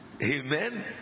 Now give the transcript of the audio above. Amen